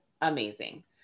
amazing